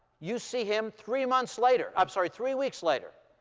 you see him three months later i'm sorry, three weeks later.